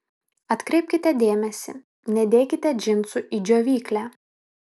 atkreipkite dėmesį nedėkite džinsų į džiovyklę